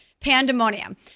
Pandemonium